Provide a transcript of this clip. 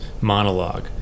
monologue